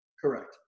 Correct